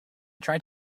tried